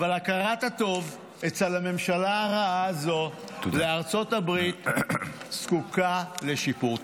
אבל הכרת הטוב לארצות הברית אצל הממשלה הרעה הזאת זקוקה לשיפור.